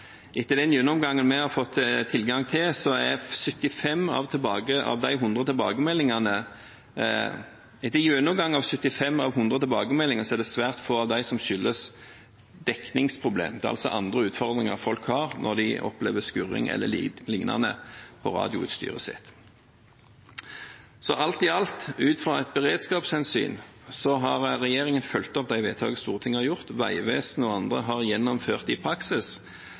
Etter gjennomgang av 75 av 100 tilbakemeldinger, er det svært få av dem som skyldes dekningsproblem. Det er altså andre utfordringer folk har når de opplever skurring eller lignende på radioutstyret sitt. Så alt i alt, ut fra et beredskapshensyn, har regjeringen fulgt opp de vedtak Stortinget har gjort. Vegvesenet og andre har gjennomført det i praksis,